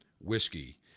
whiskey